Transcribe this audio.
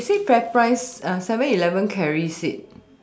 that say fairprice seven eleven carry it's